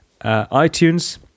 iTunes